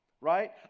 right